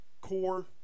core